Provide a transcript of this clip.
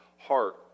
heart